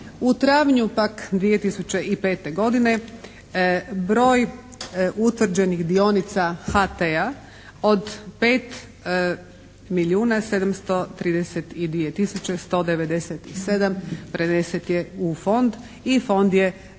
U travnju pak 2005. godine broj utvrđenih dionica HT-a od 5 milijuna 732 tisuće 197 prenesen je u fond i fond je tada